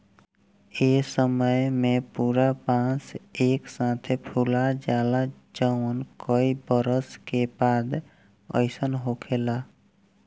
ए समय में पूरा बांस एक साथे फुला जाला जवन कई बरस के बाद अईसन होखेला